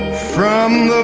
from